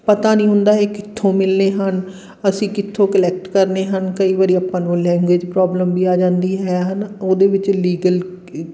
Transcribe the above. ਪਤਾ ਨਹੀਂ ਹੁੰਦਾ ਇਹ ਕਿੱਥੋਂ ਮਿਲਣੇ ਹਨ ਅਸੀਂ ਕਿੱਥੋਂ ਕਲੈਕਟ ਕਰਨੇ ਹਨ ਕਈ ਵਾਰੀ ਆਪਾਂ ਨੂੰ ਲੈਂਗੁਏਜ ਪ੍ਰੋਬਲਮ ਵੀ ਆ ਜਾਂਦੀ ਹੈ ਹੈ ਨਾ ਉਹਦੇ ਵਿੱਚ ਲੀਗਲ ਕ